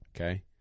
Okay